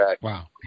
Wow